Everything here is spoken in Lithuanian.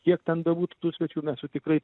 kiek ten būtų tų svečių mes jų tikrai